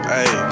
Hey